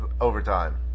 overtime